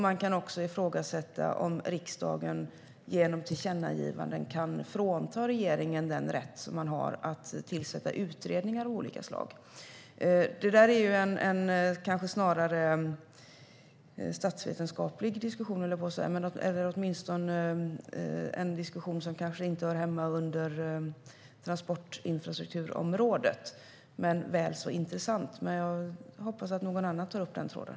Man kan också ifrågasätta om riksdagen genom tillkännagivanden kan frånta regeringen rätten att tillsätta utredningar av olika slag. Det här är snarare en diskussion som kanske inte hör hemma under transport och infrastrukturområdet, men den är väl så intressant. Jag hoppas att någon annan tar upp den tråden.